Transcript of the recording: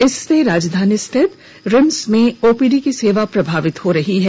इससे राजधानी स्थित रिम्स में ओपीडी की सेवा प्रभावित हो रही है